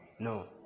No